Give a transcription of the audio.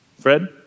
Fred